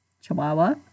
Chihuahua